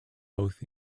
both